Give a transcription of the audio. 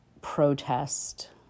protest